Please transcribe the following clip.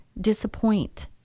disappoint